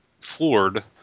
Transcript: floored